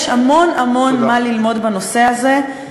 יש המון המון מה ללמוד בנושא הזה.